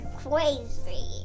crazy